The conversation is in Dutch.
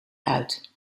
uit